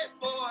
boy